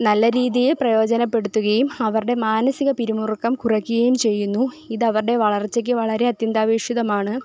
നല്ല രീതിയിൽ പ്രയോജനപ്പെടുത്തുകയും അവരുടെ മാനസിക പിരിമുറുക്കം കുറയ്ക്കുകയും ചെയ്യുന്നു ഇത് അവരുടെ വളർച്ചയ്ക്ക് വളരെ അത്യന്താപേക്ഷിതമാണ്